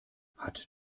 hat